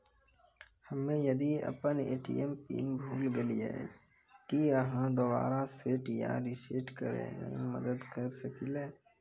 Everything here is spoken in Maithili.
हम्मे यदि अपन ए.टी.एम पिन भूल गलियै, की आहाँ दोबारा सेट या रिसेट करैमे मदद करऽ सकलियै?